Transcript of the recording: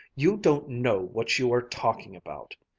you don't know what you are talking about,